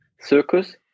circus